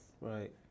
right